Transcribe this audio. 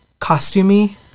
costumey